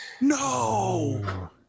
No